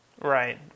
Right